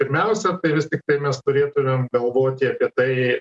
pirmiausia tai vis tiktai mes turėtumėm galvoti apie tai